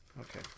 okay